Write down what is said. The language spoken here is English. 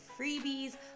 freebies